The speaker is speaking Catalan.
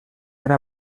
era